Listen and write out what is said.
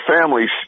families